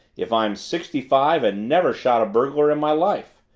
if i am sixty-five and never shot a burglar in my life!